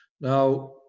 Now